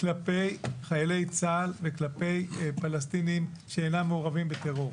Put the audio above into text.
כלפי חיילי צה"ל וכלפי פלסטינים שאינם מעורבים בטרור.